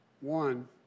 one